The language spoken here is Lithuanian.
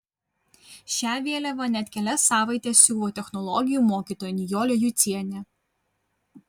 šią vėliavą net kelias savaites siuvo technologijų mokytoja nijolė jucienė